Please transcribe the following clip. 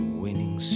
winning